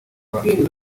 abazwe